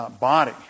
body